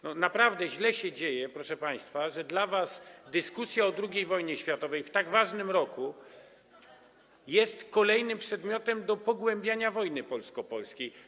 Naprawdę źle się dzieje, proszę państwa, że dla was dyskusja o II wojnie światowej w tak ważnym roku jest kolejną okazją do pogłębiania wojny polsko-polskiej.